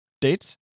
dates